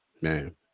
Man